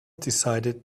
decided